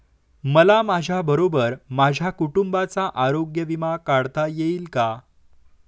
मला माझ्याबरोबर माझ्या कुटुंबाचा आरोग्य विमा काढता येईल का?